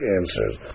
answers